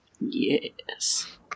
Yes